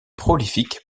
prolifique